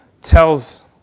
tells